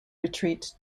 retreat